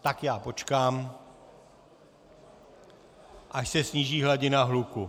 Tak já počkám, až se sníží hladina hluku.